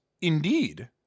indeed